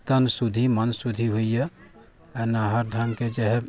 तन शुद्धि मन शुद्धि होइया है ने हर ढंगके जे हइ